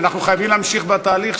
אנחנו חייבים להמשיך בתהליך,